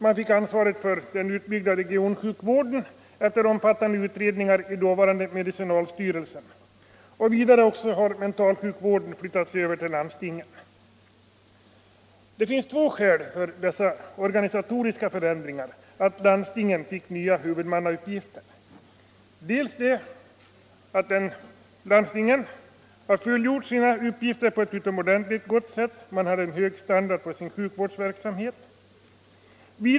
Man fick, efter omfattande utredningar av dåvarande medicinalstyrelsen, ansvaret för den utbyggda regionsjukvården. Vidare har mentalsjukvården flyttats över till landstingen. Det finns två skäl för de organisatoriska förändringar som gav landstingen nya huvudmannauppgifter. Landstingen har fullgjort sina uppgifter på ett utomordentligt bra sätt. Man har en hög standard på sin sjukvårdsverksamhet.